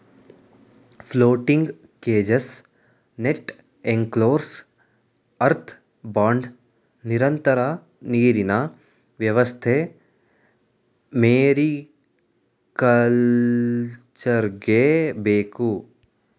floating cages, net enclosures, earth bond, ನಿರಂತರ ನೀರಿನ ವ್ಯವಸ್ಥೆ ಮೇರಿಕಲ್ಚರ್ಗೆ ಬೇಕು